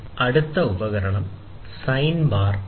അടുത്ത ഉപകരണം sine bar ആണ്